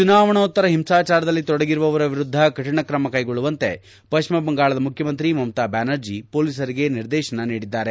ಚುನಾವಣೋತ್ತರ ಹಿಂಸಾಚಾರದಲ್ಲಿ ತೊಡಗಿರುವವರ ವಿರುದ್ದ ಕಠಿಣ ಕ್ರಮ ಕ್ಲೆಗೊಳ್ಳುವಂತೆ ಪಶ್ಚಿಮ ಬಂಗಾಳದ ಮುಖ್ಲಮಂತ್ರಿ ಮಮತಾ ಬ್ಲಾನರ್ಜಿ ಪೊಲೀಸರಿಗೆ ನಿರ್ದೇಶನ ನೀಡಿದ್ದಾರೆ